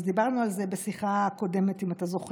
אז דיברנו על זה בשיחה הקודמת, אם אתה זוכר.